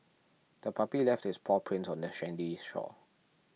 the puppy left its paw prints on the sandy shore